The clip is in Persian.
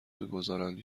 میگذارند